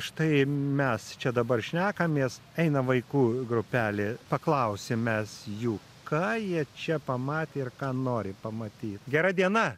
štai mes čia dabar šnekamės eina vaikų grupelė paklausim mes jų ką jie čia pamatė ir ką nori pamatyt gera diena